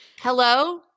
Hello